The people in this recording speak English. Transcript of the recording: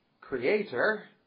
creator